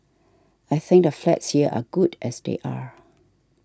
I think the flats here are good as they are